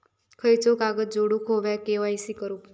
खयचो कागद जोडुक होयो के.वाय.सी करूक?